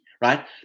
right